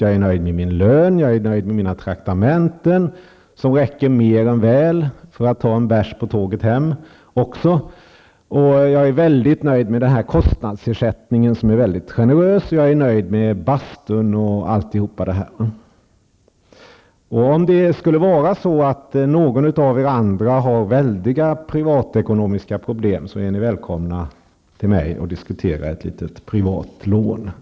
Jag är nöjd med min lön, jag är nöjd med mina traktamenten, som räcker mer än väl också för att ta en bärs på tåget hem, och jag är mycket nöjd med kostnadsersättningen, som är mycket generös. Jag är också nöjd med bastun och allt annat här. Om någon av er andra har stora privatekonomiska problem är ni välkomna till mig för att diskutera ett litet privatlån.